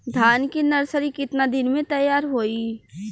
धान के नर्सरी कितना दिन में तैयार होई?